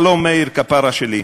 שלום, מאיר כפרה שלי.